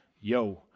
yo